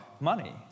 money